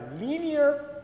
linear